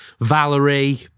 Valerie